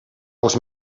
els